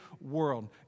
world